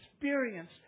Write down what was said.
experience